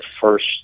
first